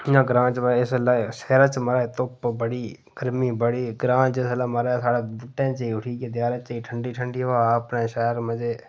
इयां ग्रांऽ च इस बेल्लै महाराज धुप्प बड़ी गर्मी बड़ी ग्रांऽ च इसलै महाराज बूह्टें च जाओ उठी देयारें च ठण्डी ठण्डी ब्हाऽ अपने शैल मजे